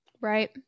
Right